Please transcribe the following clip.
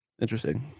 Interesting